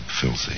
filthy